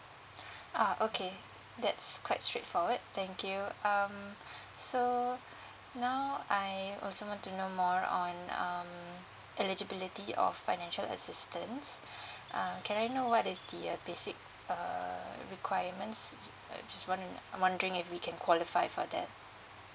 ah okay that's quite straightforward thank you um so now I also want to know more on um eligibility of financial assistance uh can I know what is the uh basic err requirements uh s~ s~ uh I'm just wondering I'm wondering if we can qualify for that